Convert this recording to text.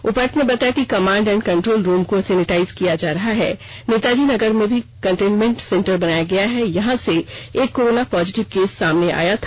उपायुक्त ने बताया कि कमांड एंड कंट्रोल रूम को सैनिटाइज किया जा रहा है नेताजी नगर में भी कंटेनमेंट सेंटर बनाया गया है यहां से एक कोरोना पॉजिटिव केस सामने आया था